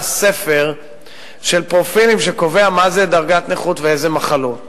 היה ספר של פרופילים שקובע מה זה דרגת נכות ואיזה מחלות.